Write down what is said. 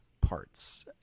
parts